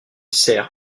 sert